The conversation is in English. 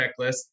checklist